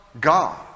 God